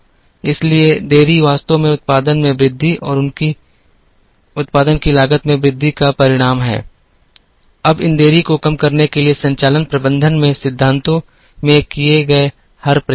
इसलिए देरी वास्तव में उत्पादन में वृद्धि और उत्पादन की लागत में वृद्धि का परिणाम है और इन देरी को कम करने के लिए संचालन प्रबंधन में सिद्धांतों में किए गए हर प्रयास हैं